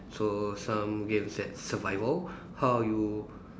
so some games that survival how you